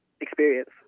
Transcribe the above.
experience